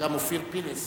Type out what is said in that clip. וגם אופיר פינס